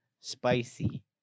spicy